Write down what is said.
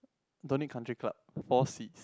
don't need country club four seats